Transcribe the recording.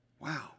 Wow